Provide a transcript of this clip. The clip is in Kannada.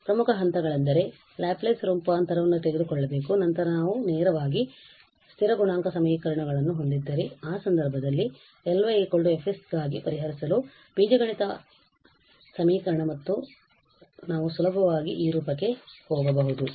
ಪ್ರಮುಖ ಹಂತಗಳೆಂದರೆ ನಾವು ಲ್ಯಾಪ್ಲೇಸ್ ರೂಪಾಂತರವನ್ನು ತೆಗೆದುಕೊಳ್ಳಬೇಕು ಮತ್ತು ನಂತರ ನಾವು ನಾವು ನೇರವಾಗಿ ಪಡೆಯುವ ಸ್ಥಿರ ಗುಣಾಂಕ ಸಮೀಕರಣಗಳನ್ನು ನಾವು ಹೊಂದಿದ್ದರೆ ಈ ಸಂದರ್ಭದಲ್ಲಿ Ly F ಗಾಗಿ ಪರಿಹರಿಸಲು ಬೀಜಗಣಿತದ ಅಭಿವ್ಯಕ್ತಿ ಮತ್ತು ನಾವು ಸುಲಭವಾಗಿ ಈ ರೂಪಕ್ಕೆ ಹೋಗಬಹುದು